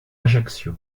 ajaccio